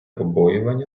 побоювання